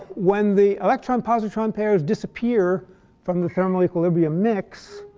when the electron-positron pairs disappear from the thermal equilibrium mix,